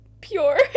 pure